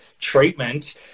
treatment